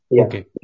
Okay